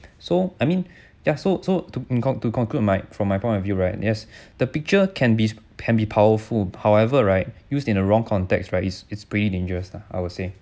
so I mean ya so so to conclude to conclude my from my point of view right yes the picture can be can be powerful however right used in a wrong context right it's it's pretty dangerous lah I would say